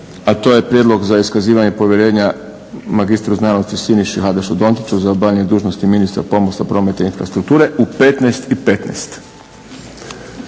a to je Prijedlog za iskazivanje povjerenja mr.sc. Siniši Hajdašu Dončiću za obavljanje dužnosti ministra pomorstva, prometa i infrastrukture u 15,15